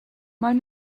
maen